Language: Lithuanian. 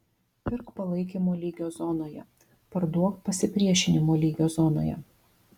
pirk palaikymo lygio zonoje parduok pasipriešinimo lygio zonoje